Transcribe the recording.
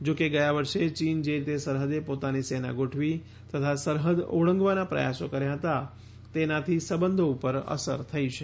જોકે ગયા વર્ષે ચીન જે રીતે સરહદે પોતાની સેના ગોઠવી તથા સરહદ ઓળંગવાના પ્રયાસો કર્યા હતા તેનાથી સંબંધો ઉપર અસર થઈ છે